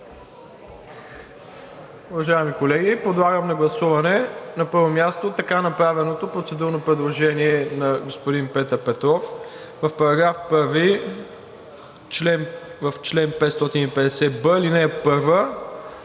Уважаеми колеги, подлагам на гласуване на първо място така направеното процедурно предложение на господин Петър Петров: „В § 1, в чл. 450б, ал. 1